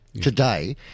today